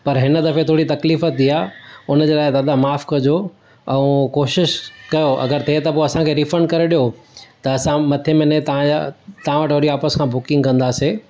पर हिन दफ़े थोरी तकलीफ़ु थी आहे उनजे लाइ दादा माफ़ु कजो ऐं कोशिशि कयो अगरि थिए त पोइ असांखे रिफंड करे ॾियो त असां मथे महीने तव्हांजा तव्हां वटि वरी वापसि बुकिंग कंदासीं